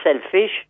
selfish